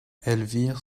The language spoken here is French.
elvire